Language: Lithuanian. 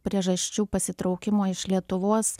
priežasčių pasitraukimo iš lietuvos